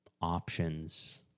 options